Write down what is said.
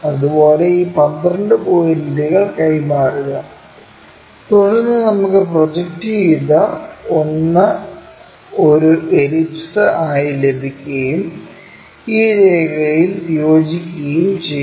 അതുപോലെ ഈ 12 പോയിന്റുകൾ കൈമാറുക തുടർന്ന് നമുക്ക് പ്രൊജക്റ്റുചെയ്ത ഒന്ന് ഒരു എലിപ്സ് ആയി ലഭിക്കുകയും ഈ രേഖയിൽ യോജിക്കുകയും ചെയ്യും